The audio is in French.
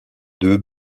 deux